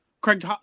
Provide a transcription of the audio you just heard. Craig